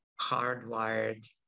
hardwired